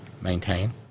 maintain